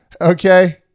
okay